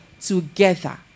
together